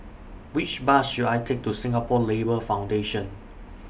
Which Bus should I Take to Singapore Labour Foundation